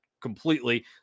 completely